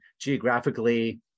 geographically